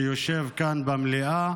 שיושב כאן במליאה,